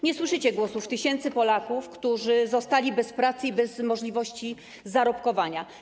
Nie słyszycie głosów tysięcy Polaków, którzy zostali bez pracy i bez możliwości zarobkowania.